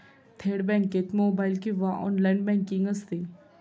थेट बँकेत मोबाइल किंवा ऑनलाइन बँकिंग असते